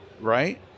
Right